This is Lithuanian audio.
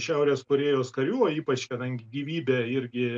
šiaurės korėjos karių o ypač kadangi gyvybė irgi